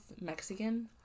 Mexican